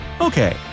Okay